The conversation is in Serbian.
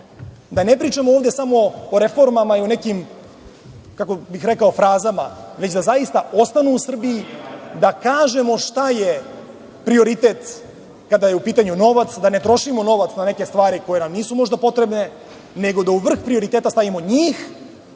da ne pričamo ovde samo o reformama i o nekim, kako bih rekao, frazama, već da zaista ostanu u Srbiji, da kažemo šta je prioritet kada je u pitanju novac, da ne trošimo novac na neke stvari koje nam nisu možda potrebne, nego da u vrh prioriteta stavimo njih,